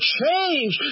change